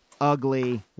ugly